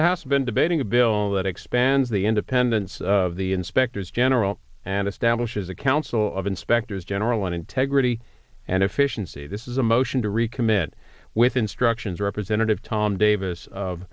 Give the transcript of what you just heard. that has been debating a bill that expands the independence of the inspectors general and establishes a council of inspectors general on integrity and efficiency this is the most and to recommit with instructions representative tom davis